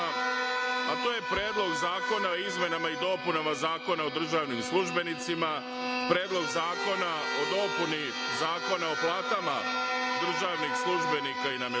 a to je Predlog zakona o izmenama i dopunama Zakona o državnim službenicima, Predlog zakona o dopuni Zakona o platama državnih službenika i nameštenika,